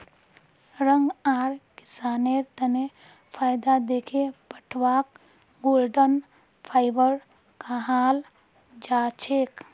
रंग आर किसानेर तने फायदा दखे पटवाक गोल्डन फाइवर कहाल जाछेक